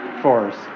force